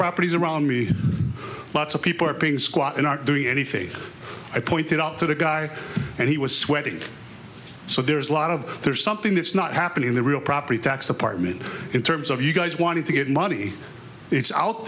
properties around me lots of people are paying squat and aren't doing anything i pointed out to the guy and he was sweating so there's a lot of there's something that's not happening in the real property tax department in terms of you guys wanting to get money